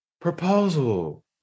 proposal